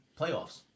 playoffs